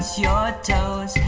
your toes.